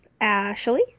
Ashley